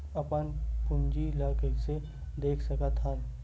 अपन पूंजी ला कइसे देख सकत हन?